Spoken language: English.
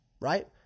right